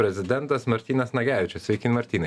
prezidentas martynas nagevičius sveiki martynai